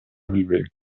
билбейм